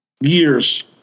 Years